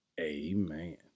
amen